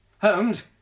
Holmes